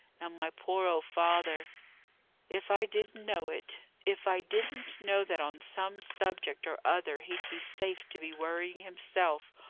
and my poor old father if i didn't know it! if i didn't know that, on some subject or other, he'd be safe to be worrying himself,